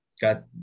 Got